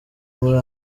muri